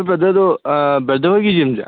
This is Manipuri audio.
ꯕ꯭ꯔꯗꯔ ꯑꯗꯣ ꯕ꯭ꯔꯗꯔ ꯍꯣꯏꯒꯤ ꯖꯤꯝꯁꯦ